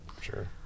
sure